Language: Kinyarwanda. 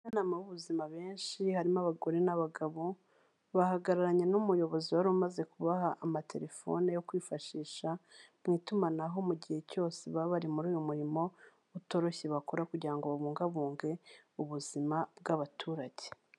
Abajyanama b'ubuzima benshi, harimo abagore n'abagabo, bahagararanye n'umuyobozi wari umaze kubaha amatelefone yo kwifashisha mu itumanaho, mu gihe cyose baba bari muri uyu murimo utoroshye bakora, kugira ngo bubungabunge ubuzima bw'abaturage.